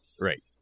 Right